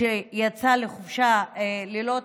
שיצא לחופשה ללא תשלום,